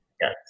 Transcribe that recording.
yes